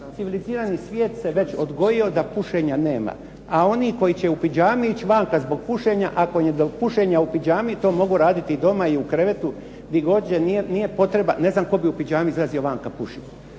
Civilizirani svijet se već odgojio da pušenja nema, a oni koji će u pidžami ići vanka zbog pušenja, ako im je do pušenja u pidžami to mogu raditi i doma i u krevetu, di god, nije potreba. Ne znam tko bi u pidžami izlazio vanka pušiti.